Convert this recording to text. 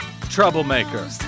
troublemaker